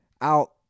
out